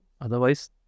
Otherwise